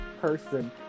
person